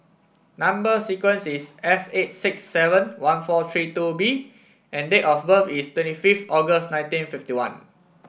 number sequence is S eight six seven one four three two B and date of birth is twenty fifth August nineteen fifty one